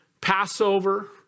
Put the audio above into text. Passover